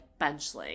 Benchling